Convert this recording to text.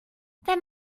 wenn